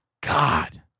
God